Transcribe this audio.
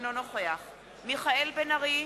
אינו נוכח מיכאל בן-ארי,